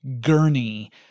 Gurney